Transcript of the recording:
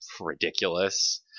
ridiculous